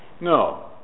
No